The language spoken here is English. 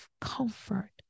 comfort